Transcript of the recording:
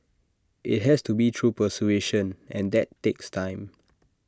IT has to be through persuasion and that takes time